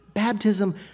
baptism